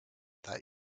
that